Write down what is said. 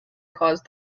caused